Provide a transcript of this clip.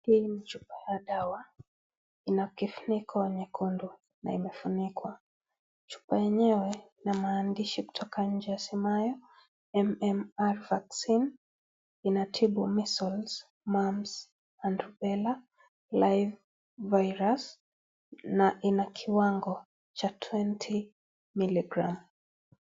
Ni chupa ya dawa ina kifuniko nyekundu na imefunikwa . Chupa yenyewe ina maandishi kutoka nje yasemayo MMR vaccine inatibu measles, mumbs and rubela live virus na ina kiwango cha twenty milligrams .